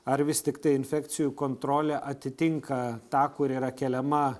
ar vis tiktai infekcijų kontrolė atitinka tą kuri yra keliama